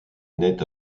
naît